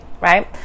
right